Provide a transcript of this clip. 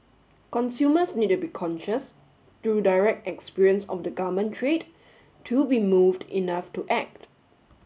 consumers need to be conscious through direct experience of the garment trade to be moved enough to act